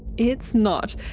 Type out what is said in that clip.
it's not.